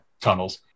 tunnels